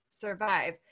survive